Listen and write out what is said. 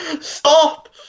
Stop